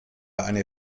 eine